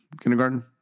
kindergarten